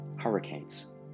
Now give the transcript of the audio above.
hurricanes